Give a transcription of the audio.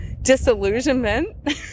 Disillusionment